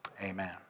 amen